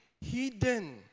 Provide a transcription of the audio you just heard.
hidden